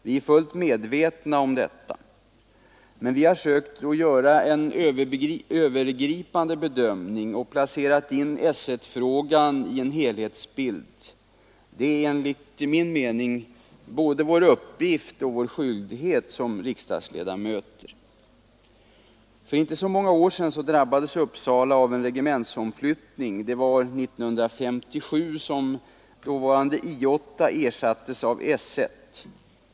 Vi är fullt medvetna om detta. Men vi har sökt göra en övergripande bedömning och placerat in S 1-frågan i en helhetsbild. Det är enligt min mening både vår uppgift och vår skyldighet som riksdagsledamöter. För inte så många år sedan drabbades Uppsala av en regementsomflyttning. Det var år 1957 som dåvarande I 8 ersattes av S 1.